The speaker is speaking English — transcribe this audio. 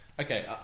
okay